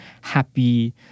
happy